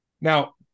Now